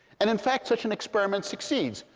and in fact, such an experiment succeeds.